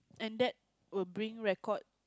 and that will bring record